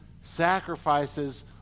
sacrifices